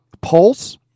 pulse